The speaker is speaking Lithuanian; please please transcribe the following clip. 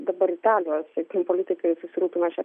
dabar ten vat sakykim politikai susirūpino šiuo